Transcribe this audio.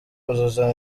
kuzaza